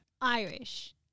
Irish